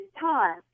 time